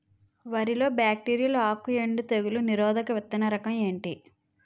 వరి లో బ్యాక్టీరియల్ ఆకు ఎండు తెగులు నిరోధక విత్తన రకం ఏంటి?